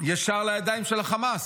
ישר לידיים של החמאס.